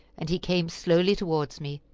and he came slowly towards me,